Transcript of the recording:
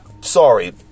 Sorry